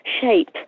shape